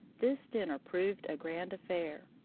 this dinner proved a grand affair.